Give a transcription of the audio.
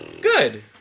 Good